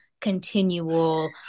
continual